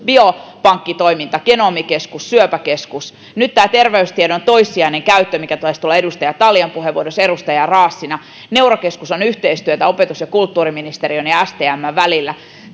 biopankkitoiminta genomikeskus syöpäkeskus nyt tämä terveystiedon toissijainen käyttö mikä taisi tulla edustajien talja ja raassina puheenvuoroissa neurokeskus on yhteistyötä opetus ja kulttuuriminiteriön ja stmn välillä